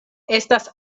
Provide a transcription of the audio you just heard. estas